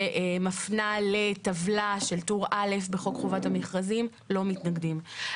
שמפנה לטבלה של טור א' בחוק חובת המכרזים - אנחנו לא מתנגדים.